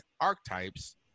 archetypes